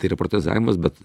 tai yra protezavimas bet